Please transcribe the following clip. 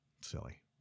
silly